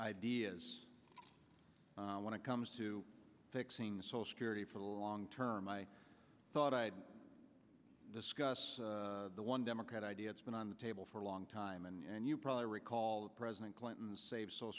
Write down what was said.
ideas when it comes to fixing social security for the long term i thought i'd discuss the one democrat idea it's been on the table for a long time and you probably recall that president clinton save social